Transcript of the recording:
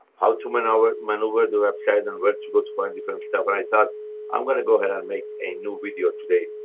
how to maneuver maneuver the website, and where to go to find different stuff. and i thought i'm gonna go ahead and make a new video today,